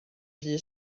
rhy